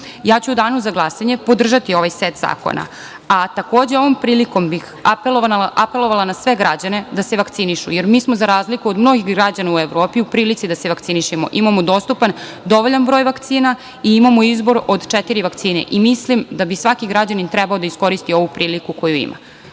ću u danu za glasanje podržati ovaj set zakona, a takođe ovom prilikom bih apelovala na sve građane da se vakcinišu, jer mi smo za razliku od mnogih građana u Evropi u prilici da se vakcinišemo. Imamo dostupan dovoljan broj vakcina i imamo izbor od četiri vakcine. Mislim da bi svaki građanin trebao da iskoristi ovu priliku koju ima.